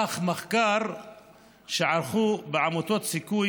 אך מחקר שערכו בעמותת סיכוי,